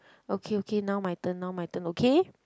okay okay now my turn now my turn okay